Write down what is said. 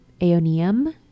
Aeonium